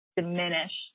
diminish